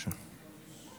בבקשה.